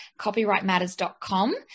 copyrightmatters.com